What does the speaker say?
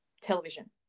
television